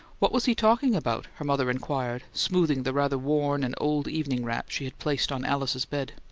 what was he talking about? her mother inquired, smoothing the rather worn and old evening wrap she had placed on alice's bed.